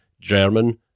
German